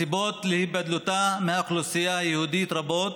הסיבות להיבדלותה מהאוכלוסייה היהודית רבות,